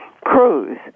cruise